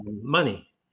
money